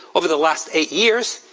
over the last eight years,